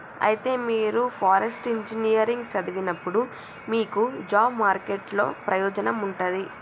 అయితే మీరు forest engineering సదివినప్పుడు మీకు జాబ్ మార్కెట్ లో ప్రయోజనం ఉంటది